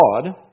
God